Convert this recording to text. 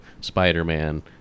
Spider-Man